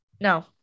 no